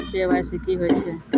KYC की होय छै?